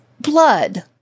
blood